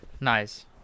nice